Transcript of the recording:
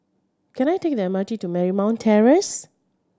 can I take the M R T to Marymount Terrace